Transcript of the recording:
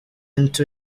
into